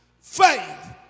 faith